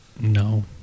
no